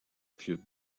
clubs